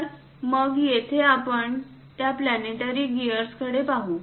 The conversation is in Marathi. तर मग येथे आपण त्या प्लॅनेटरी गीअर्सकडे पाहू